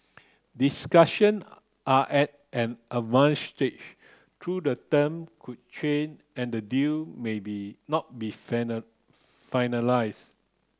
discussion are at an advanced stage though the term could change and the deal maybe not be finalise